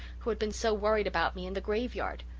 who had been so worried about me, in the graveyard.